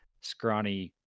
scrawny